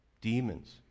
demons